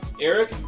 Eric